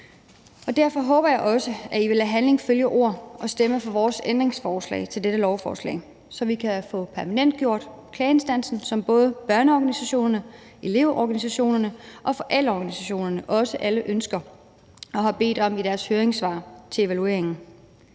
Derfor håber jeg også, at I vil lade handling følge ord og stemme for vores ændringsforslag til dette lovforslag, så vi kan få permanentgjort Klageinstansen mod Mobning, som både børneorganisationerne, elevorganisationerne og forældreorganisationerne også alle ønsker og har bedt om i deres høringsvar til evalueringen.